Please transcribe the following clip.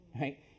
right